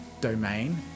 domain